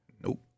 Nope